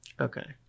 Okay